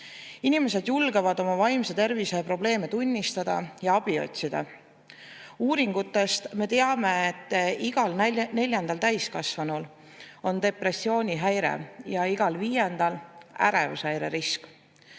Inimesed julgevad oma vaimse tervise probleeme tunnistada ja abi otsida. Uuringutest me teame, et igal neljandal täiskasvanul on depressioonihäire ja igal viiendal ärevushäire risk.